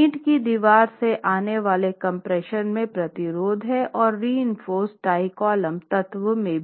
ईंट की दीवार से आने वाले कम्प्रेशन में प्रतिरोध है और रीइंफोर्स्ड टाई कॉलम तत्व में भी है